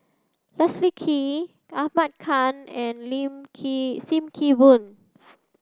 Leslie Kee Ahmad Khan and Sim Kee Boon